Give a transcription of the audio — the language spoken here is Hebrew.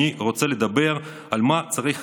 אני רוצה לדבר על מה צריך